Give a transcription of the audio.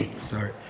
sorry